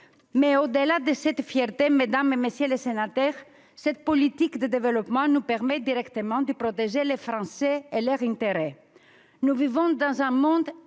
au-delà de cette fierté, mesdames et messieurs les sénateurs, cette politique de développement nous permet directement de protéger les Français et leurs intérêts. Nous vivons dans un monde